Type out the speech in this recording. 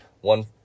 One